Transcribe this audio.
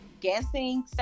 guessing